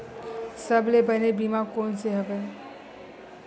सबले बने बीमा कोन से हवय?